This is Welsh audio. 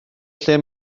lle